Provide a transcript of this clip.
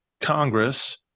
Congress